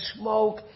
smoke